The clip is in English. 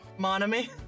Monami